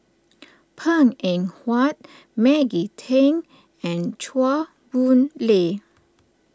Png Eng Huat Maggie Teng and Chua Boon Lay